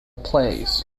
plays